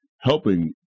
helping